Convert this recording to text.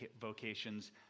vocations